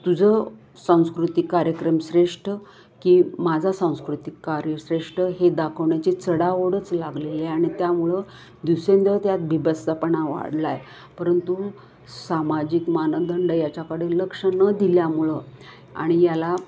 तुझं सांस्कृतिक कार्यक्रम श्रेष्ठ की माझा सांस्कृतिक कार्य श्रेष्ठ हे दाखवण्याची चढाओढच लागलेली आहे आणि त्यामुळं दिवसेंदिवस त्यात बिभत्सपणा वाढला आहे परंतु सामाजिक मानदंड याच्याकडे लक्ष न दिल्यामुळं आणि याला